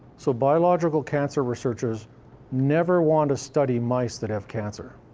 so biological cancer researchers never want to study mice that have cancer.